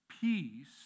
Peace